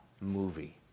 movie